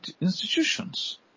institutions